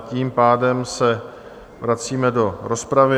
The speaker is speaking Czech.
Tím pádem se vracíme do rozpravy.